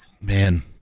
man